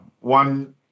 one